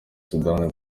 sudani